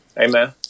Amen